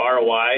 ROI